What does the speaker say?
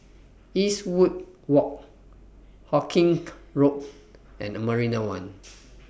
Eastwood Walk Hawkinge Road and Marina one